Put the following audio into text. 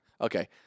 Okay